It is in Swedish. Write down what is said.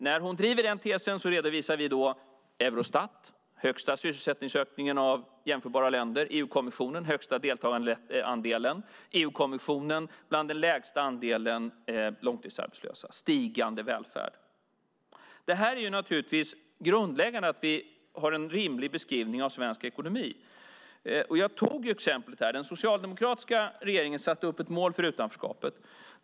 När hon driver den tesen redovisar vi uppgifter från Eurostat om den högsta sysselsättningsökningen bland jämförbara länder och från EU-kommissionen om högsta antalet deltagande och om andelen långtidsarbetslösa som är bland de lägsta. Och det är stigande välfärd. Det är naturligtvis grundläggande att vi har en rimlig beskrivning av svensk ekonomi. Jag tog upp ett exempel. Den socialdemokratiska regeringen satte upp ett mål för utanförskapet.